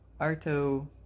Arto